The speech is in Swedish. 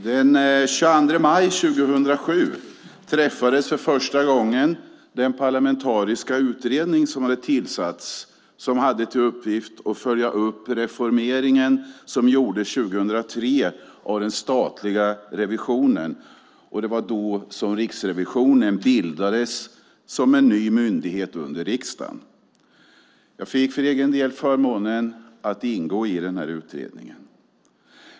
Den 22 maj 2007 träffades för första gången den parlamentariska utredning som hade tillsatts och som hade till uppgift att följa upp den reformering som gjordes 2003 av den statliga revisionen. Det var då som Riksrevisionen bildades som en ny myndighet under riksdagen. Jag fick för egen del förmånen att ingå i den utredningen.